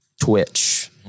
Twitch